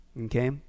okay